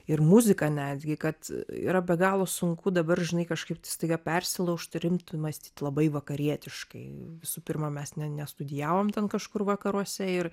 ir muzika netgi kad yra be galo sunku dabar žinai kažkaip tai staiga persilaužt ir imt mąstyt labai vakarietiškai visų pirma mes ne nestudijavom ten kažkur vakaruose ir